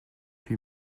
huit